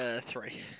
Three